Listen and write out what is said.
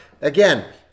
Again